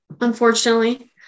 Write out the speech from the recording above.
unfortunately